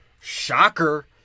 shocker